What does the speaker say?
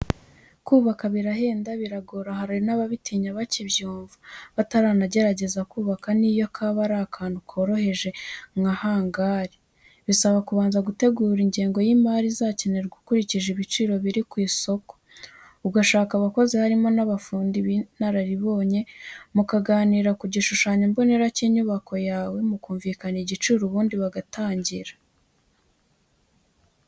Kubaka birahenda, biragora, hari n'ababitinya bakibyumva, bataranagerageza kubaka n'iyo kaba ari akantu koroheje nka hangari. Bisaba kubanza gutegura ingengo y'imari izakenerwa ukurikije ibiciro biri ku isoko, ugashaka abakozi harimo n'abafundi b'inararibonye, mukaganira ku gishushanyo mbonera cy'inyubako yawe, mukumvikana igiciro, ubundi bagatangira.